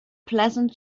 pleasant